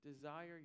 Desire